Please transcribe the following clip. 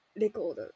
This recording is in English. record